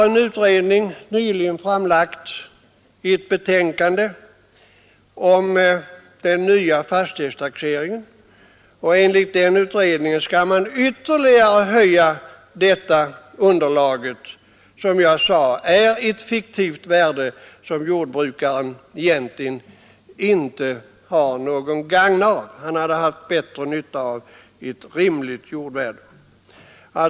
En utredning har nyligen framlagt ett betänkande om den nya fastighetstaxeringen, och enligt den utredningen skall man nu ytterligare vidga förutsättningarna för dessa fiktiva värden, som jordbrukaren inte har något gagn av. Han hade haft bättre nytta av ett rimligt jordvärde.